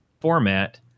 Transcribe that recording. format